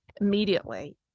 immediately